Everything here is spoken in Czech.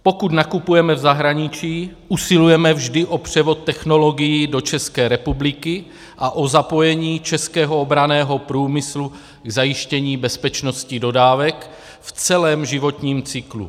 Pokud nakupujeme v zahraničí, usilujeme vždy o převod technologií do České republiky a o zapojení českého obranného průmyslu k zajištění bezpečnosti dodávek v celém životním cyklu.